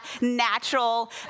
natural